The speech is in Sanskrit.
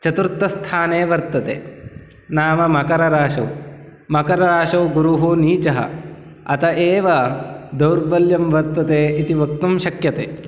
चतुर्थस्थाने वर्तते नाम मकरराशौ मकरराशौ गुरुः नीचः अत एव दौर्बल्यं वर्तते इति वक्तुं शक्यते